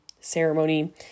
ceremony